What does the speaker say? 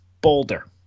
Boulder